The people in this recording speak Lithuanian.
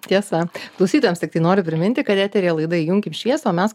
tiesa klausytojams tiktai noriu priminti kad eteryje laida įjunkim šviesą o mes